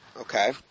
Okay